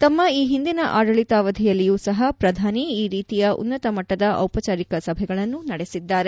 ತಮ್ಮ ಈ ಹಿಂದಿನ ಆಡಳಿತಾವಧಿಯಲ್ಲಿಯೂ ಸಹ ಪ್ರಧಾನಿ ಈ ರೀತಿಯ ಉನ್ನತಮಟ್ಟದ ದಿಪಚಾರಿಕ ಸಭೆಗಳನ್ನು ನಡೆಸಿದ್ದರು